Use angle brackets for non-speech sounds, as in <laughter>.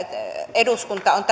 eduskunta on <unintelligible>